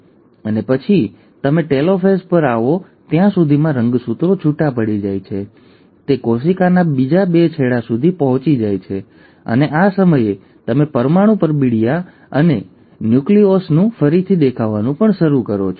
અને પછી તમે ટેલોફેઝ પર આવો ત્યાં સુધીમાં રંગસૂત્રો છૂટા પડી જાય છે તે કોશિકાના બીજા બે છેડા સુધી પહોંચી જાય છે અને આ સમયે તમે પરમાણુ પરબિડીયા અને ન્યુક્લિઓલસનું ફરીથી દેખાવાનું પણ શરૂ કરો છો